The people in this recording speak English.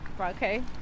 Okay